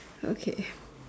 okay